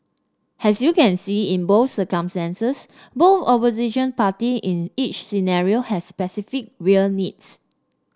as you can see in both both opposing parties in each scenario have specific real needs